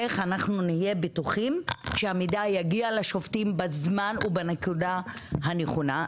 איך אנחנו נהיה בטוחים שהמידע יגיע לשופטים בזמן ובנקודה הנכונה.